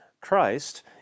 Christ